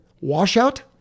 Washout